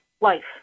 life